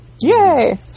Yay